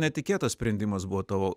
netikėtas sprendimas buvo tavo